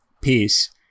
peace